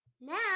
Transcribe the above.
Now